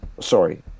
sorry